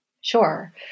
Sure